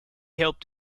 helped